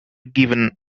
given